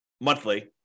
monthly